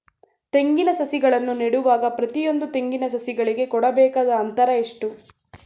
ತೆಂಗಿನ ಸಸಿಗಳನ್ನು ನೆಡುವಾಗ ಪ್ರತಿಯೊಂದು ತೆಂಗಿನ ಸಸಿಗಳಿಗೆ ಕೊಡಬೇಕಾದ ಅಂತರ ಎಷ್ಟು?